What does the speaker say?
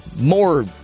more